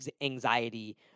anxiety